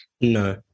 No